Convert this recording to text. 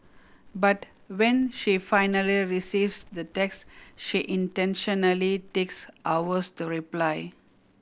but when she finally receives the text she intentionally takes hours to reply